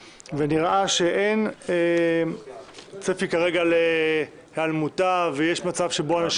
ונראה שאין צפי כרגע להיעלמותה, ויש מצב שבו אנשים